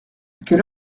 quelle